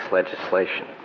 legislation